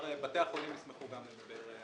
גם בתי החולים הפסיכיאטרים ישמחו לדבר.